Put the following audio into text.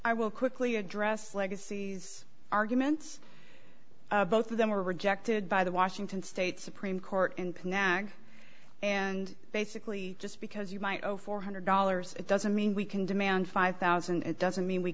i will quickly address legacy's arguments both of them were rejected by the washington state supreme court and now and basically just because you might owe four hundred dollars it doesn't mean we can demand five thousand it doesn't mean we